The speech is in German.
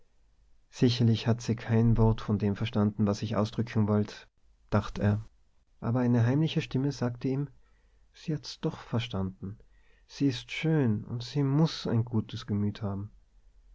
sicherlich hat se kein wort von dem verstanden was ich ausdrücken wollt dachte er aber eine heimliche stimme sagte ihm se hat's doch verstanden sie is so schön und se muß ein gutes gemüt haben